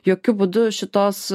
jokiu būdu šitos